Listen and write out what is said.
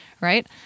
right